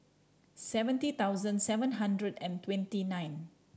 seventy thousand seven hundred and twenty nine